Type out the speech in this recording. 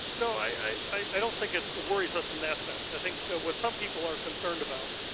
no, i i don't think it worries us in that sense. i think what some people are concerned about,